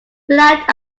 flat